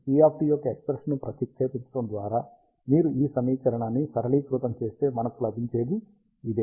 P యొక్క expression ను ప్రతిక్షేపించటం ద్వారా మీరు ఈ సమీకరణాన్ని సరళీకృతం చేస్తే మనకు లభించేది ఇదే